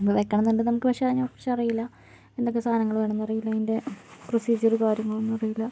ഇപ്പോൾ വയ്ക്കണം എന്ന് ഉണ്ട് പക്ഷേ നമുക്ക് അതിനെക്കുറിച്ച് അറിയില്ല എന്തൊക്കെ സാധനങ്ങൾ വേണമെന്ന് അറിയില്ല അതിൻ്റെ പ്രൊസീജിയർ കാര്യങ്ങളൊന്നും അറിയില്ല